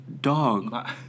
dog